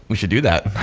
we should do that.